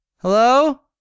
Hello